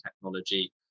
technology